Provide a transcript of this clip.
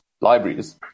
libraries